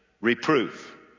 Reproof